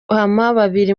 babiri